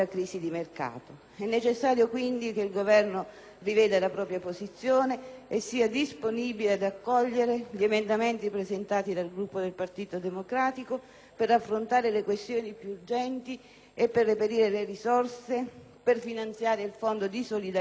È necessario, quindi, che il Governo riveda la propria posizione e sia disponibile ad accogliere gli emendamenti presentati dal Gruppo del Partito Democratico per affrontare le questioni più urgenti e reperire le risorse per finanziare il Fondo di solidarietà nazionale